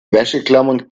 wäscheklammern